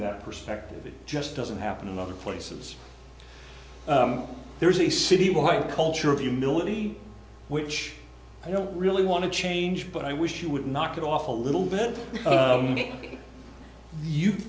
that perspective it just doesn't happen in other places there is a city wide culture of humility which i don't really want to change but i wish you would knock it off a little bit